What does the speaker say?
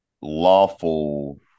lawful